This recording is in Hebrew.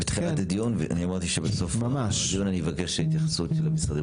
אמרתי בתחילת הדיון שאני אבקש התייחסות של המשרדים